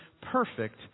perfect